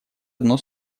одно